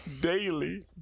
Daily